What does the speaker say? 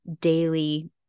daily